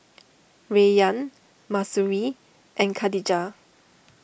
Rayyan Mahsuri and Khadija